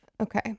okay